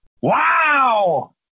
wow